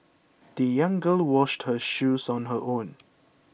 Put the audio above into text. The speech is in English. the young girl washed her shoes on her own